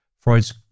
Freud's